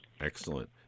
Excellent